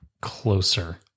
closer